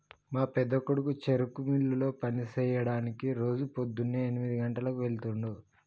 మా పెద్దకొడుకు చెరుకు మిల్లులో పని సెయ్యడానికి రోజు పోద్దున్నే ఎనిమిది గంటలకు వెళ్తుండు